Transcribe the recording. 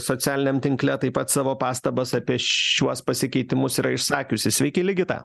socialiniam tinkle taip pat savo pastabas apie šiuos pasikeitimus yra išsakiusi sveiki ligita